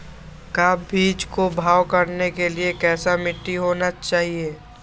का बीज को भाव करने के लिए कैसा मिट्टी होना चाहिए?